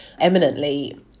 eminently